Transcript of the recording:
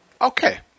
okay